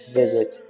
visit